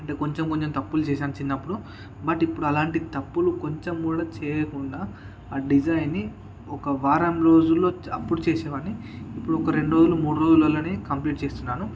అంటే కొంచెం కొంచెం తప్పులు చేసాను చిన్నప్పుడు బట్ ఇప్పుడు అలాంటి తప్పులు కొంచెం కూడా చేయకుండా ఆ డిజైన్ని ఒక వారం రోజుల్లో అప్పుడు చేసేవాడిని ఇప్పుడు ఒక రెండు రోజులు మూడు రోజులలోనే కంప్లీట్ చేస్తున్నాను